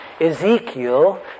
Ezekiel